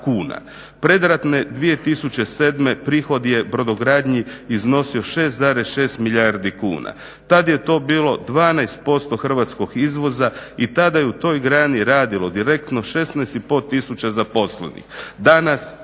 Predratne 2007. prihod je brodogradnji iznosio 6,6 milijardi kuna. Tad je to bilo 12% hrvatskog izvoza i tada je u toj grani radilo direktno 16,5 tisuća zaposlenih.